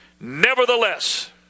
Nevertheless